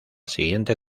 siguiente